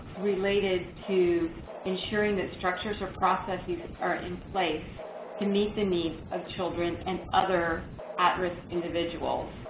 related to ensuring that structures or processes are in place to meet the needs of children and other individuals.